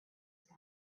sky